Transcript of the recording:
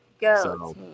go